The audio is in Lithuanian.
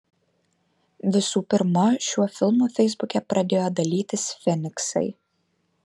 visų pirma šiuo filmu feisbuke pradėjo dalytis feniksai